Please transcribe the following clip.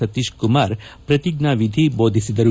ಸತೀಶ್ ಕುಮಾರ್ ಪ್ರಟಿಜ್ಞಾನಿಧಿ ಬೋಧಿಸಿದರು